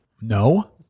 No